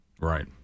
Right